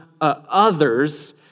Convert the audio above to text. others